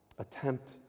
Attempt